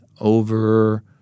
over